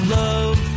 love